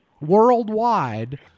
worldwide